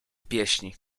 pieśni